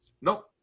No